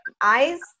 eyes